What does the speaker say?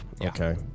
okay